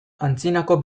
antzinako